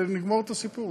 ונגמור את הסיפור,